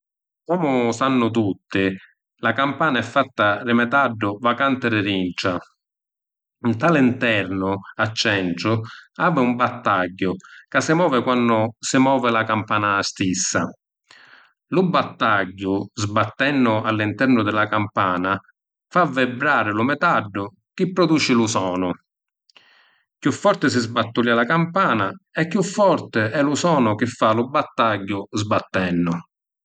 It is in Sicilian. Comu sannu tutti, la campana è fatta di metaddu vacanti di dintra. Nta l’internu, a centru, havi un battagghiu ca si movi quannu si movi la campana stissa. Lu battagghiu sbattennu all’internu di la campana fa vibrari lu metaddu chi produci lu sonu. Chiù forti si sbattulìa la campana e chiù forti è lu sonu chi fa lu battagghiu sbattennu.